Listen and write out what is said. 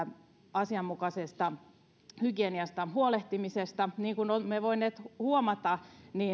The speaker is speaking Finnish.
asianmukaisesta hygieniastaan huolehtimisessa niin kuin olemme voineet huomata